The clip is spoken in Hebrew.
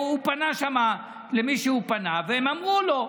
הוא פנה שם למי שהוא פנה, והם אמרו לו: